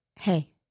Hey